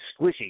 squishy